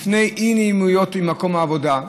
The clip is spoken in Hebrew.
בפני אי-נעימויות ממקום העבודה,